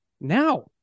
now